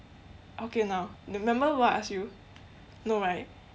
hokkien now remember what I asked you no right